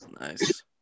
Nice